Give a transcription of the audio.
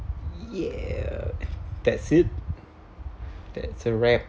ya that's it that's a wrap